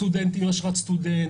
סטודנטים עם אשרת סטודנט,